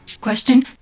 Question